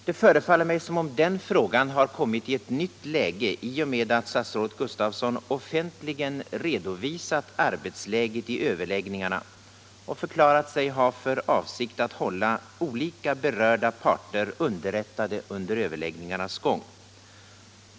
Det förefaller mig som om den frågan nu har kommit i ett nytt läge i och med att statsrådet Gustafsson offentligen redovisat arbetsläget i överläggningarna och förklarat sig ha för avsikt att hålla alla berörda parter underrättade under överläggningarnas gång.